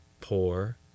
poor